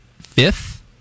fifth